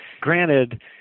Granted